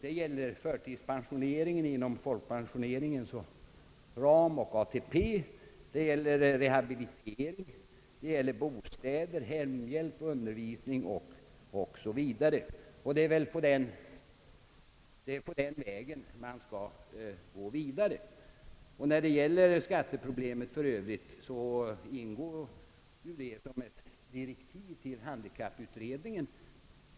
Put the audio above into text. Här gäller det förtidspensionering inom folkpensioneringens och ATP:s ram, det gäller rehabilitering, bostäder, hemhjälp, undervisning o. s. v. Det är på den vägen man skall gå vidare. Skatteproblemet för övrigt ingår som ett direktiv till handikapputredningen.